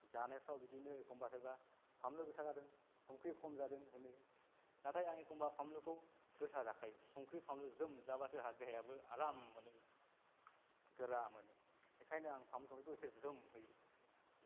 जानायफ्राव बिदिनो एखमब्ला सोरबा बानलु गोसा जादों संख्रि खम जादों होनो नाथाय आं एखमब्ला बानलुखौ गोसा जाखायो संख्रि बानलु ज्रोम जाब्लासो आंहा देहायाबो आराम मोनो गोरा मोनो बेखायनो आं बानलु संख्रिखौ एसे ज्रोम होयो